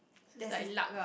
that is